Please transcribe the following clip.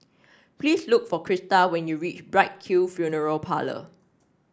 please look for Crista when you reach Bright Hill Funeral Parlour